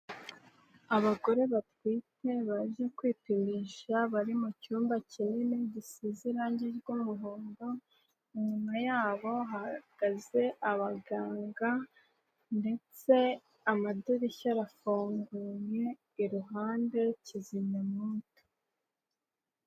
Abagore batwite baje kwipimisha, bari mu cyumba kinini gisize irangi ry'umuhondo, inyuma yabo hahagaze abaganga ndetse amadirishya arafunguye, iruhande kizimya mwoto.